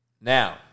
Now